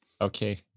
Okay